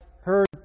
heard